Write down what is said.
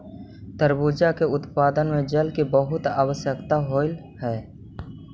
तरबूजा के उत्पादन में जल की बहुत आवश्यकता होवअ हई